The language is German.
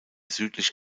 südlich